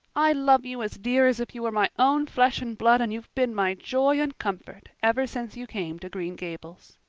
i love you as dear as if you were my own flesh and blood and you've been my joy and comfort ever since you came to green gables.